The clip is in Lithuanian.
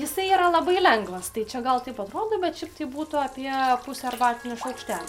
jisai yra labai lengvas tai čia gal taip atrodo bet šiaip tai būtų apie pusė arbatinio šaukštelio